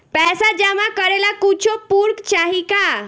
पैसा जमा करे ला कुछु पूर्फ चाहि का?